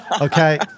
Okay